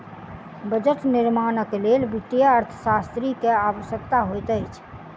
budget निर्माणक लेल वित्तीय अर्थशास्त्री के आवश्यकता होइत अछि